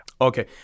Okay